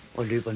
are you but